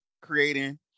creating